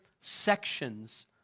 sections